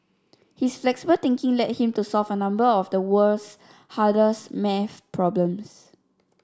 his flexible thinking led him to solve a number of the world's hardest math problems